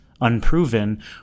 unproven